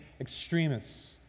extremists